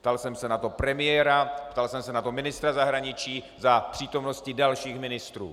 Ptal jsem se na to premiéra, ptal jsem se na to ministra zahraničí za přítomnosti dalších ministrů.